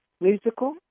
musical